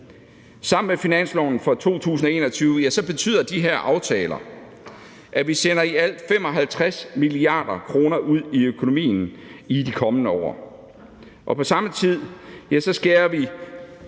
Sammen med finansloven for 2021 betyder de her aftaler, at vi sender i alt 55 mia. kr. ud i økonomien i de kommende år, og på samme tid skærer vi